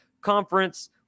conference